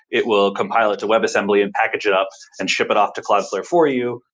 it will compile it to webassembly and package it up and ship it off to cloudflare for you.